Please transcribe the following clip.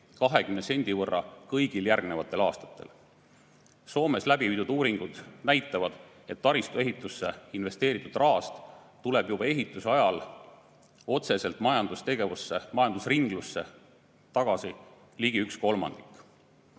20 sendi võrra kõigil järgnevatel aastatel. Soomes läbiviidud uuringud näitavad, et taristuehitusse investeeritud rahast tuleb juba ehituse ajal otseselt majandusringlusse tagasi ligi üks